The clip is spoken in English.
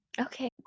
okay